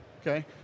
Okay